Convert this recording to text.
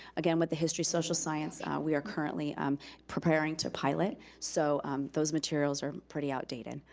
again, with the history-social science, we are currently um preparing to pilot, so those materials are pretty outdated.